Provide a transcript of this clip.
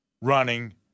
running